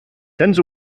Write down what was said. tens